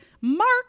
Mark